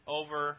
over